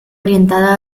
orientada